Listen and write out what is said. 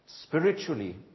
Spiritually